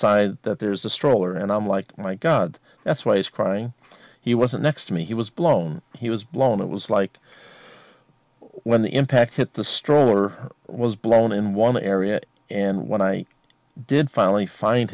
side that there's a stroller and i'm like my god that's why he's crying he was next to me he was blown he was blown it was like when the impact hit the stroller was blown in one area and when i did finally find